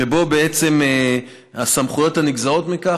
שבו הסמכויות הנגזרות מכך,